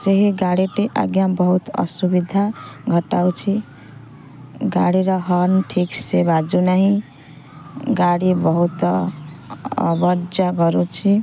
ସେହି ଗାଡ଼ିଟି ଆଜ୍ଞା ବହୁତ ଅସୁବିଧା ଘଟାଉଛି ଗାଡ଼ିର ହର୍ଣ୍ଣ ଠିକ୍ ସେ ବାଜୁନାହିଁ ଗାଡ଼ି ବହୁତ ଆବାଜ୍ କରୁଛି